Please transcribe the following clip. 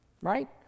right